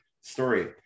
story